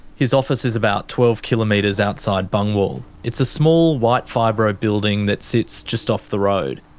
his office is about twelve kilometres outside bungwahl. it's a small white fibro building that sits just off the road.